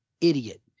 idiot